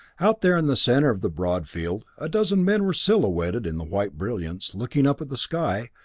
out there in the center of the broad field a dozen men were silhouetted in the white brilliance, looking up at the sky,